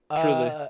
truly